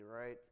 right